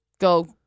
go